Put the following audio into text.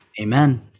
Amen